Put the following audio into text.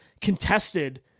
Contested